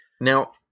Now